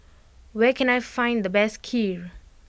where can I find the best Kheer